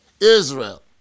Israel